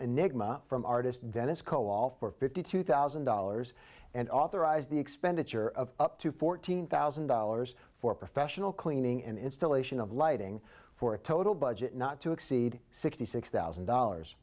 enigma from artist dennis co all for fifty two thousand dollars and authorize the expenditure of up to fourteen thousand dollars for professional cleaning and installation of lighting for a total budget not to exceed sixty six thousand dollars